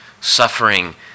suffering